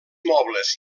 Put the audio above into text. mobles